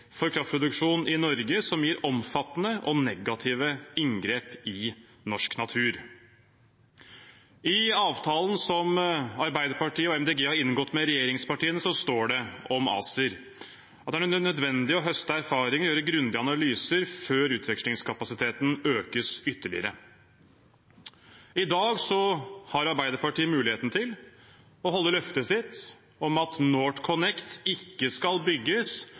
for kraftproduksjon i Norge som gir omfattende og negative inngrep i norsk natur. I avtalen som Arbeiderpartiet og Miljøpartiet De Grønne har inngått med regjeringspartiene, står det om ACER at det er nødvendig å høste erfaringer og gjøre grundige analyser før utvekslingskapasiteten økes ytterligere. I dag har Arbeiderpartiet muligheten til å holde løftet sitt om at NorthConnect ikke skal bygges